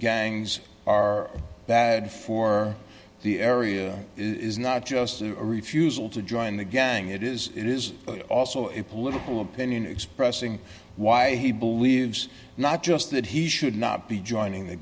gangs are bad for the area is not just a refusal to join the gang it is it is also a political opinion expressing why he believes not just that he should not be joining the